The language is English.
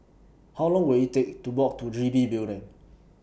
How Long Will IT Take to Walk to G B Building